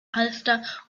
halfter